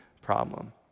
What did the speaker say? problem